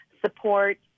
support